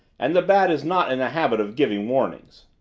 and the bat is not in the habit of giving warnings.